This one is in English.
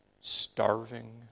starving